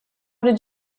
did